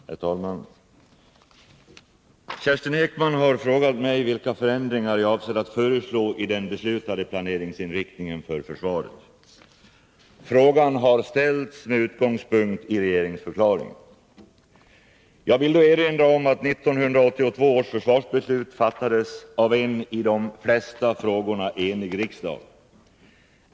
Herr talman! Kerstin Ekman har frågat mig vilka ändringar jag avser att föreslå i den beslutade planeringsinriktningen för försvaret. Frågan har ställts med utgångspunkt i regeringsförklaringen. Jag vill erinra om att 1982 års försvarsbeslut fattades av en i de flesta frågorna enig riksdag.